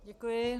Děkuji.